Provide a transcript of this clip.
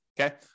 okay